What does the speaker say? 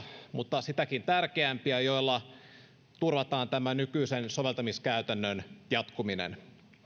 mutta sitäkin tärkeämpiä muutoksia joilla turvataan nykyisen soveltamiskäytännön jatkuminen